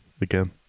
again